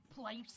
place